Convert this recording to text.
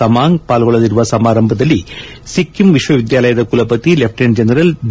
ತಮಾಂಗ್ ಪಾಲ್ಗೊಳ್ಳಲಿರುವ ಸಮಾರಂಭದಲ್ಲಿ ಸಿಕ್ಕಿಂ ವಿಶ್ವವಿದ್ಯಾಲಯದ ಕುಲವತಿ ಲೆಫ್ಟಿನೆಂಟ್ ಜನರಲ್ ಡಿ